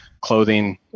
clothing